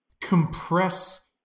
compress